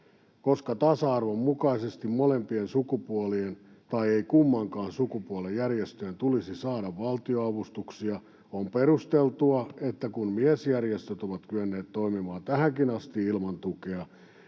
Koska tasa-arvon mukaisesti molempien sukupuolien tai ei kummankaan sukupuolen järjestöjen tulisi saada valtionavustuksia, on perusteltua, että kun miesjärjestöt ovat kyenneet toimimaan tähänkin asti ilman tukea,